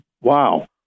Wow